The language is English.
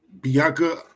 Bianca